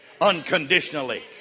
unconditionally